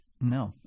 no